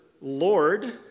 lord